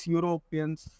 Europeans